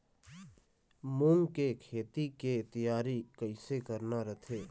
मूंग के खेती के तियारी कइसे करना रथे?